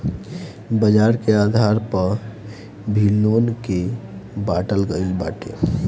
बाजार के आधार पअ भी लोन के बाटल गईल बाटे